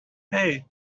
hey